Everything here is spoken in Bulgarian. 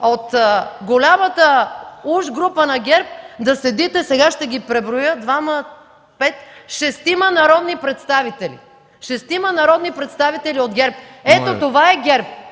От голямата уж група на ГЕРБ да седите, сега ще Ви преброя, шестима народни представители. Шестима народни представители от ГЕРБ – това е ГЕРБ